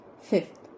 Fifth